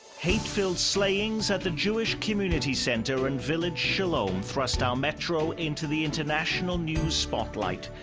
hate-filled slayings at the jewish community center and village shalom thrust our metro into the international news spotlight.